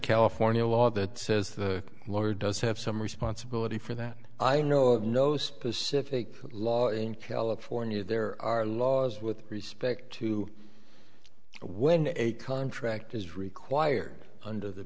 california law that says the lawyer does have some responsibility for that i know of no specific law in california there are laws with respect to when a contract is required under the